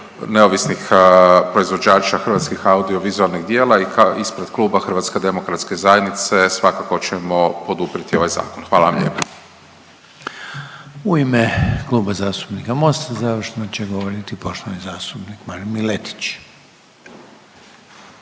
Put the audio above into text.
neovisnih proizvođača hrvatskih audiovizualnih djela i ispred kluba HDZ-a svakako ćemo poduprijeti ovaj zakon. Hvala vam lijepa. **Reiner, Željko (HDZ)** U ime Kluba zastupnika Mosta završno će govoriti poštovani zastupnik Marin Miletić.